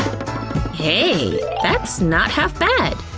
hey! that's not half bad!